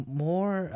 more